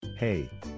Hey